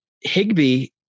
Higby